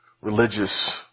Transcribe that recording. religious